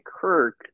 Kirk